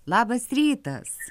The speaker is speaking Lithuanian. labas rytas